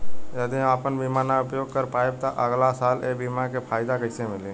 यदि हम आपन बीमा ना उपयोग कर पाएम त अगलासाल ए बीमा के फाइदा कइसे मिली?